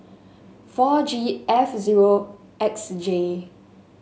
four G F zero X J